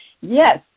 Yes